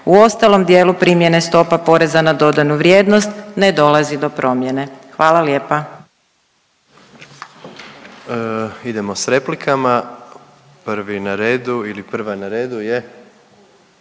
U ostalom dijelu primjene stopa poreza na dodanu vrijednost ne dolazi do promjene. Hvala lijepa.